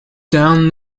down